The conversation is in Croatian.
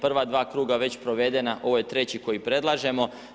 Prva dva kruga već provedena, ovo je treći koji predlažemo.